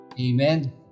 Amen